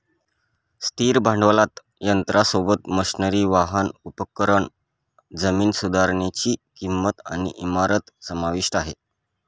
स्थिर भांडवलात यंत्रासोबत, मशनरी, वाहन, उपकरण, जमीन सुधारनीची किंमत आणि इमारत समाविष्ट आहे